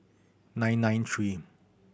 nine nine three